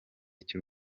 cy’u